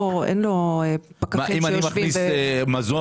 להבדיל מסיגריות רגילות,